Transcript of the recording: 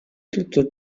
tutto